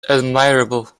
admirable